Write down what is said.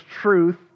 truth